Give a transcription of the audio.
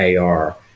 AR